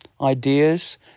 ideas